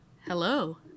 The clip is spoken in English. Hello